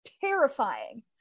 terrifying